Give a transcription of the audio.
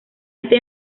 este